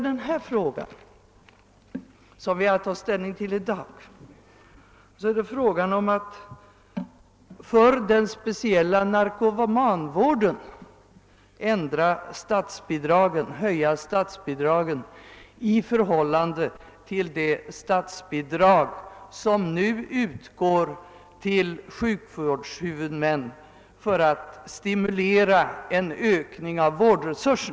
Den fråga, som vi i dag har att ta ställning till, är emellertid kravet på en höjning av statsbidragen till sjukvårdshuvudmännens narkomanvård för att stimulera till en ökning av deras vårdresurser.